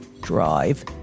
drive